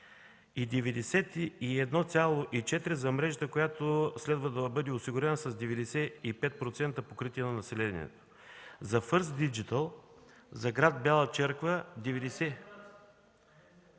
и 91,4 за мрежата, която следва да бъде осигурена с 95% покритие на населението. За „Фърст Диджитъл” за гр. Бяла Черква 90...